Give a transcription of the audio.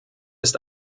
ist